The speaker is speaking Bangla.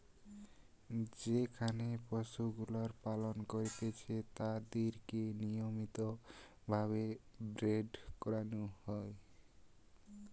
যেখানে পশুগুলার পালন করতিছে তাদিরকে নিয়মিত ভাবে ব্রীড করানো হয়